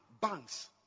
banks